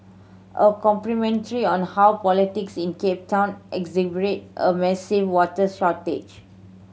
a commentary on how politics in Cape Town exacerbated a massive water shortage